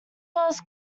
was